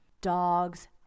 dogs